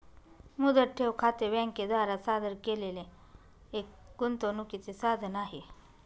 मुदत ठेव खाते बँके द्वारा सादर केलेले एक गुंतवणूकीचे साधन आहे